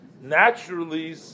naturally